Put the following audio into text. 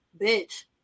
bitch